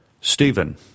Stephen